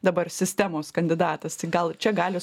dabar sistemos kandidatas tai gal čia gali